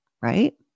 right